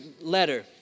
letter